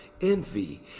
envy